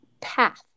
path